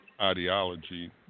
ideology